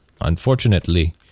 Unfortunately